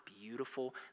beautiful